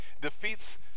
defeats